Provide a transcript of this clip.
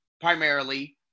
primarily